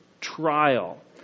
trial